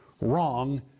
wrong